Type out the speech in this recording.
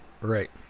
Right